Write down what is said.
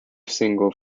single